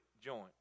joint